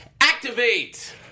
activate